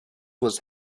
was